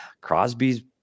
Crosby's